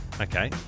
Okay